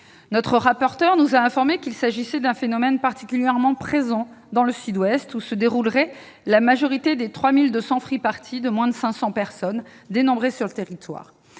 Le rapporteur nous a informés qu'il s'agissait d'un phénomène particulièrement présent dans le Sud-Ouest, où se déroulerait la majorité des 3 200 free-parties de moins de 500 personnes dénombrées sur le territoire.